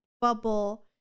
bubble